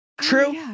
True